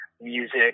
music